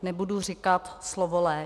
Nebudu říkat slovo lež.